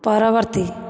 ପରବର୍ତ୍ତୀ